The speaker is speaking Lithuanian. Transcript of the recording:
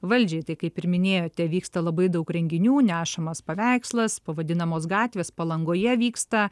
valdžiai tai kaip ir minėjote vyksta labai daug renginių nešamas paveikslas pavadinamos gatvės palangoje vyksta